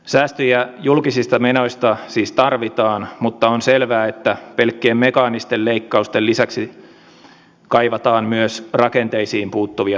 säästöjä julkisista menoista siis tarvitaan mutta on selvää että pelkkien mekaanisten leikkausten lisäksi kaivataan myös rakenteisiin puuttuvia toimenpiteitä